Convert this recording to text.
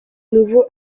nouveau